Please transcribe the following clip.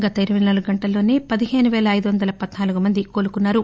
గత ఇరవై నాలుగు గంటల్లోనే పదిహేను పేల ఐదు వందల పద్పాలుగు మందికోలుకున్నారు